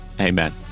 amen